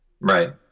Right